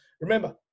Remember